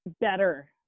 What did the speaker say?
Better